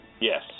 Yes